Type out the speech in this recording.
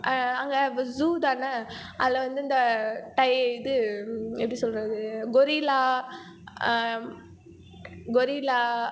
அங்கே ஜூதானே அதில் வந்து இந்த டை இது எப்படி சொல்றது கொரில்லா கொரில்லா